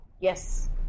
Yes